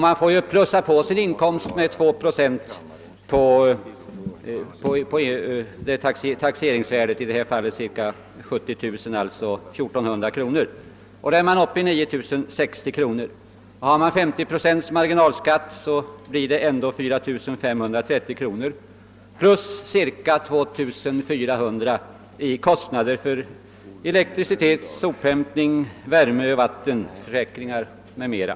Man får också plussa på sin inkomst med 2 procent på taxeringsvärdet, för ett taxeringsvärde på 70 000 kronor alltså 1400 kronor. Då är man uppe i 9 060 kronor. Har man då en marginalskatt på 50 procent blir det ändå 4 530 kronor om året plus cirka 2 400 kronor i kostnader för elektricitet, sophämtning, värme och vatten m.m.